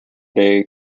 day